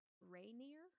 Rainier